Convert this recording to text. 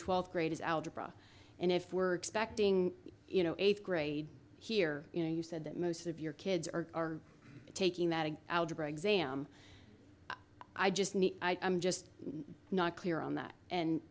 twelfth grade is algebra and if we're expecting you know eighth grade here you know you said that most of your kids are taking that algebra exam i just need i'm just not clear on that and